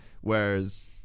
whereas